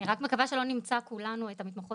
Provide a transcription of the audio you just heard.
אני רק מקווה שלא נמצא כולנו את המתמחות